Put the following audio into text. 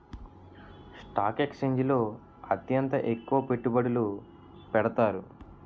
stock ఎక్స్చేంజిల్లో అత్యంత ఎక్కువ పెట్టుబడులు పెడతారు